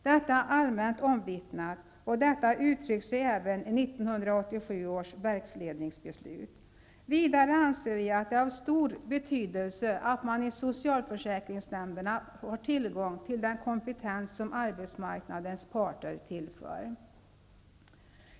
Detta är allmänt omvittnat och uttrycks ju även i 1987 års verksledningsbeslut. Vidare anser vi att det är av stor betydelse att man i socialförsäkringsnämnderna har tillgång till den kompetens som arbetsmarknadens parter tillför.